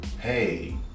hey